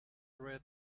red